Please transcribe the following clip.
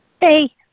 Hey